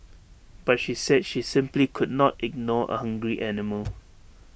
but she said she simply could not ignore A hungry animal